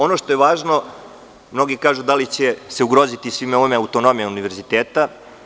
Ono što je važno, mnogi kažu da li će se ovim ugroziti autonomija univerziteta?